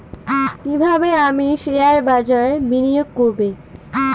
কিভাবে আমি শেয়ারবাজারে বিনিয়োগ করবে?